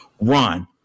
run